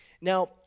Now